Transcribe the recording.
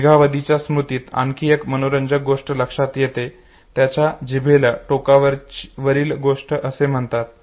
दीर्घावधीच्या स्मृतीत आणखी एक मनोरंजक गोष्ट लक्षात येते ज्याला जिभेच्या टोकावरील गोष्टी असे म्हणतात